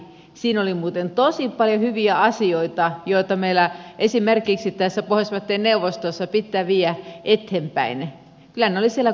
siinä oli muuten tosi paljon hyviä asioita joita meillä esimerkiksi tässä pohjoismaiden neuvostossa pitää viedä eteenpäin